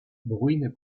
bruine